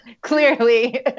Clearly